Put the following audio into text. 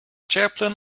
chaplain